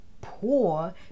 poor